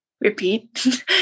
repeat